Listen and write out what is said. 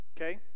Okay